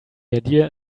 idea